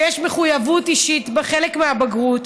שיש מחויבות אישית בחלק מהבגרות,